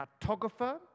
cartographer